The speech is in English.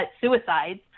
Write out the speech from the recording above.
suicides